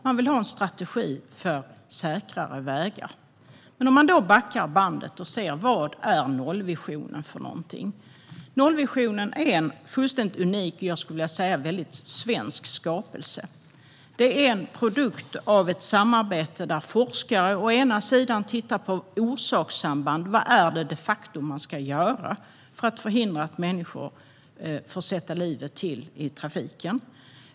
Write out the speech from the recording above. Man vill ha en strategi för säkrare vägar. Låt oss backa bandet och se vad nollvisionen är för någonting. Nollvisionen är en fullständigt unik och, skulle jag vilja säga, väldigt svensk skapelse. Det är en produkt av ett samarbete där forskare tittar på orsakssamband: Vad är det de facto man ska göra för att förhindra att människor får sätta livet till i trafiken?